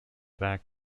back